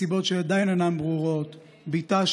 מסיבות שעדיין אינן ברורות בתה,